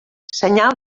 senyal